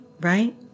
right